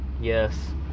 Yes